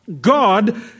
God